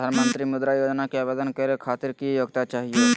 प्रधानमंत्री मुद्रा योजना के आवेदन करै खातिर की योग्यता चाहियो?